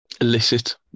Illicit